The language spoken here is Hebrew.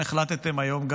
אתם החלטתם היום,